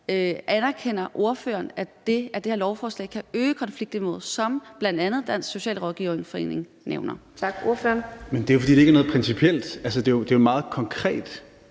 Anerkender ordføreren, at det her lovforslag kan øge konfliktniveauet, hvilket bl.a. Dansk Socialrådgiverforening nævner?